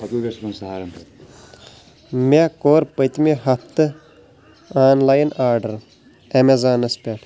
مےٚ کوٚر پٔتمہِ ہَفتہٕ آن لاین آرڈر امیزانس پٮ۪ٹھ